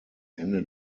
ende